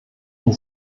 und